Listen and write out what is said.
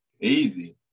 Easy